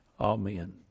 amen